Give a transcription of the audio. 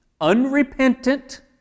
unrepentant